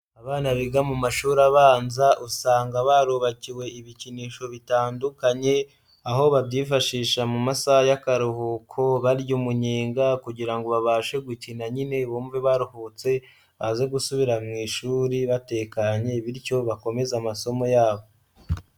Abana biga mu mashuri abanza usanga barubakiwe ibikinisho bitandukanye aho babyifashisha mu masaha y'akaruhuko barya umunyenga kugira babashe gukina nyine bumve baruhutse baze gusubira mu ishuri batekanye bityo bakomeze amasomo yabo.